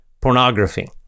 pornography